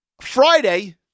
Friday